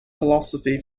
philosophy